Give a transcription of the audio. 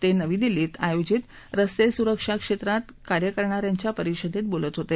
ते नवी दिल्लीत आयोजित रस्ते सुरक्षा क्षेत्रात कार्य करणाऱ्यांच्या परिषदेत बोलत होते